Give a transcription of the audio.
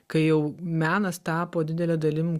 kai jau menas tapo didele dailim